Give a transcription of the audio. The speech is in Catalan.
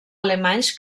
alemanys